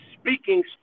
speaking